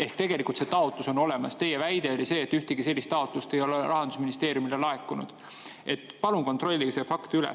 Ehk tegelikult see taotlus on olemas. Teie väide oli see, et ühtegi sellist taotlust ei ole Rahandusministeeriumile laekunud. Palun kontrollige see fakt üle!